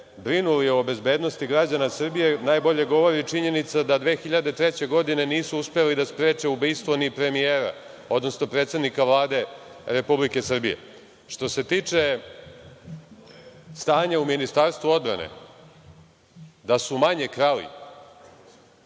brinuli o bezbednosti građana Srbije najbolje govori činjenica da 2003. godine nisu uspeli da spreče ubistvo ni premijera, odnosno predsednika Vlade Republike Srbije. Što se tiče stanja u Ministarstvu odbrane, da su manje krali